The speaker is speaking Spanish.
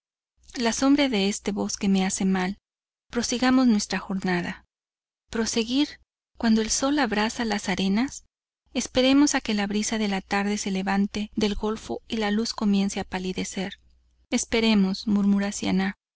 la sombra de este bosque me hace mal prosigamos nuestra jornada proseguir cuando el sol abrasa las arenas esperemos a que la brisa de la tarde se levante del golfo y la luz comience a palidecer esperemos murmura siannah